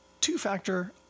two-factor